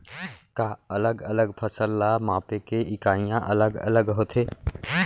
का अलग अलग फसल ला मापे के इकाइयां अलग अलग होथे?